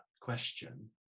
question